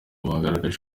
bagaragaje